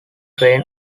train